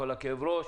כל כאב הראש.